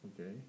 Okay